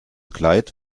kleid